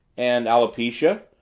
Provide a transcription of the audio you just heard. and alopecia?